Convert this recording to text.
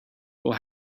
will